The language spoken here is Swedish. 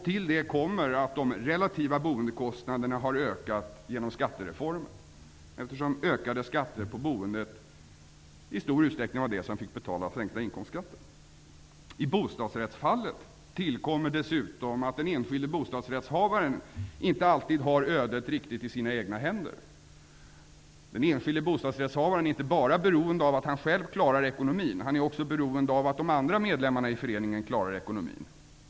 Till detta kommer att de relativa boendekostnaderna har ökat genom skattereformen, eftersom ökade skatter på boendet var det som i stort sett fick finansiera sänkta inkomstskatter. I bostadsrättsfallet tillkommer dessutom att den enskilde bostadsrättshavaren inte alltid riktigt har ödet i sina egna händer. Den enskilde bostadsrättshavaren är inte bara beroende av att han själv klarar ekonomin utan också av att de andra medlemmarna i föreningen gör det.